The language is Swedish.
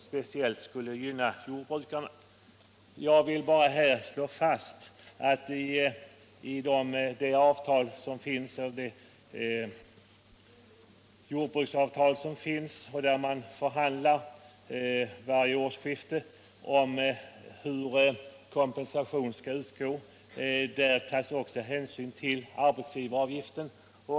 speciellt skulle gynna jordbrukarna. Jag vill bara slå fast att man vid varje årsskifte förhandlar om vilken kompensation som skall utgå enligt jordbruksavtalet och att det därvid också tas hänsyn till arbetsgivaravgiften.